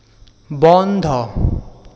বন্ধ